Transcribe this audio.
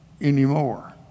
anymore